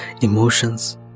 emotions